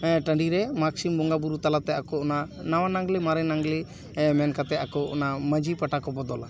ᱴᱟᱺᱰᱤ ᱨᱮ ᱢᱟᱜᱽ ᱥᱤᱢ ᱵᱚᱸᱜᱟ ᱵᱳᱨᱳ ᱛᱟᱞᱟᱛᱮ ᱟᱠᱚ ᱚᱱᱟ ᱱᱟᱣᱟ ᱱᱟᱜᱽᱞᱮ ᱢᱟᱨᱮ ᱱᱟᱜᱽᱞᱮ ᱢᱮᱱ ᱠᱟᱛᱮ ᱟᱠᱚ ᱚᱱᱟ ᱢᱟᱺᱡᱷᱤ ᱯᱟᱴᱟ ᱠᱚ ᱵᱚᱫᱚᱞᱟ